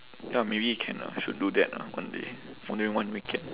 ya maybe can lah should do that lah one day one weekend